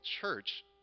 church